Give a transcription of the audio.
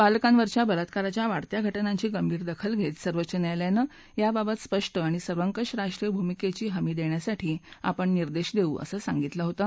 बालकांवरच्या बलात्काराच्या वाढत्या घटनांची गंभीर दखल घेत सर्वोच्च न्यायालयानं याबाबत स्पष्ट आणि सर्वकष राष्ट्रीय भूमिकेची हमी देण्यासाठी आपण निर्देश देऊ असं सांगितलं होतं